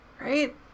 right